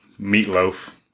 meatloaf